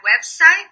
website